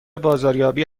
بازاریابی